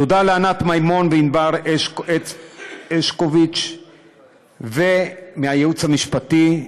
תודה לענת מימון וענבר הרשקוביץ מהייעוץ המשפטי.